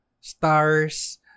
stars